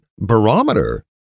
barometer